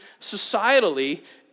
societally